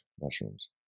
mushrooms